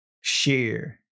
share